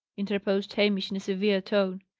interposed hamish, in a severe tone.